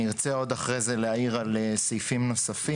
ארצה אחרי זה להעיר על סעיפים נוספים.